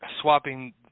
swapping